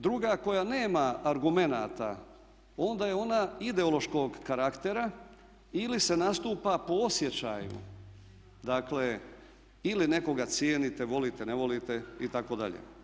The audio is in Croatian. Druga koja nema argumenata onda je ona ideološkog karaktera ili se nastupa po osjećaju dakle ili nekoga cijenite, volite, ne volite itd.